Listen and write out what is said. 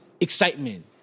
excitement